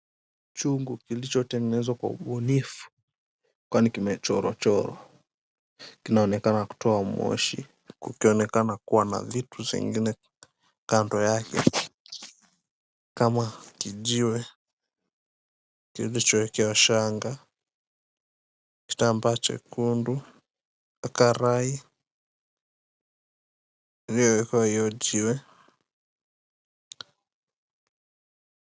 Chungu kilichotengenezwa kwa ubunifu kwani kimechorwa chorwa kinaonekana kutoa moshi kukionekana kuwa na vitu zingine kando yake kama kijiwe kilichowekewa shanga, kitambaa jekundu, karai